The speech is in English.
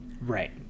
right